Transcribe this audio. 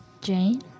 Jane